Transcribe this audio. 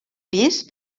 pis